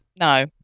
No